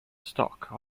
stock